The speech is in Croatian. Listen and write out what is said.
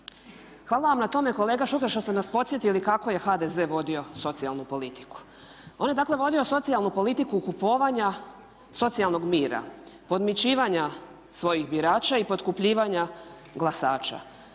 Hvala vam na tome kolega Šuker što ste nas podsjetili kako je HDZ vodio socijalnu politiku. On je dakle vodio socijalnu politiku kupovanja socijalnog mira, podmićivanja svojih birača i potkupljivanja glasača.